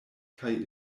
kaj